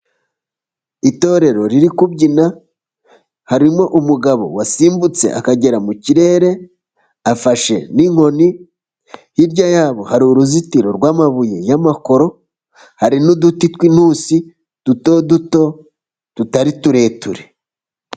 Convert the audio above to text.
Itorero riri kubyina, harimo umugabo wasimbutse akagera mu kirere afashe n'inkoni . Hirya yabo hari uruzitiro rwamabuye y'amakoro. Hari n'uduti tw'intusi dutoduto tutari tureture.